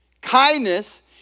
Kindness